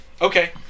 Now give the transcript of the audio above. okay